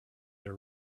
are